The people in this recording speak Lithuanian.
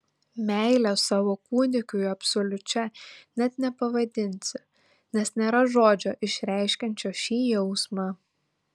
meilės savo kūdikiui absoliučia net nepavadinsi nes nėra žodžio išreiškiančio šį jausmą